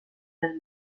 del